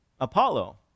Apollo